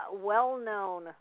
well-known